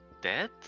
dead